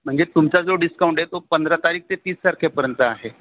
म्हणजे तुमचा जो डिस्काउंट आहे तो पंधरा तारीख ते तीस तारखेपर्यंत आहे